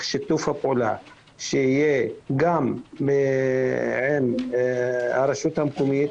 ששיתוף הפעולה יהיה גם עם הרשות המקומית,